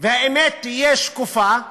והאמת תהיה שקופה,